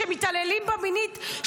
כשמתעללים בה מינית,